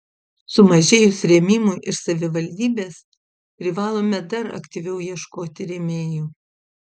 sumažėjus rėmimui iš savivaldybės privalome dar aktyviau ieškoti rėmėjų